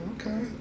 Okay